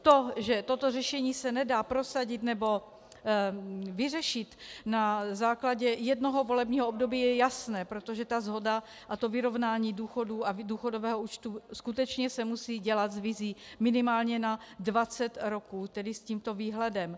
To, že toto řešení se nedá prosadit nebo vyřešit na základě jednoho volebního období, je jasné, protože shoda a vyrovnání důchodů a důchodového účtu skutečně se musí dělat s vizí minimálně na 20 roků, tedy s tímto výhledem.